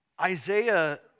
Isaiah